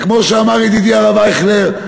וכמו שאמר ידידי הרב אייכלר,